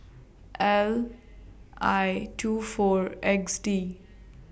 L I two four X D